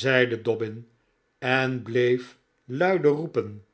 zeide dobbin en bleef luide roepen